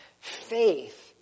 faith